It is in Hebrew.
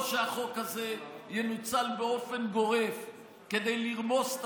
או שהחוק הזה ינוצל באופן גורף כדי לרמוס את